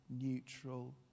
neutral